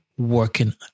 working